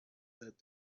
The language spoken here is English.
that